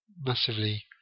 massively